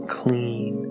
clean